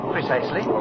Precisely